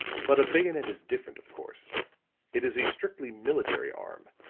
but a bayonet is different, of course it is a strictly military arm,